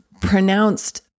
pronounced